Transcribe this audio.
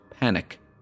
panic